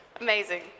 Amazing